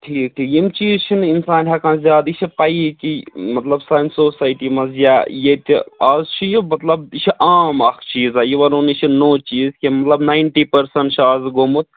ٹھیٖک ٹھیٖک یِم چیٖز چھِنہٕ اِنسان ہیٚکان زیادٕ یہِ چھِ پَیی کہِ مطلب سانہِ سوسایٹی منٛز یا ییٚتہِ آز چھُ یہِ مطلب یہِ چھُ عام اَکھ چیٖزَ یہِ ونوٚ نہ یہِ چھُ نوٚو چیٖز کیٚنٛہہ مطلب نایِنٹی پٔرسَنٹ چھُ آز گوٚمُت